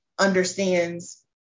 understands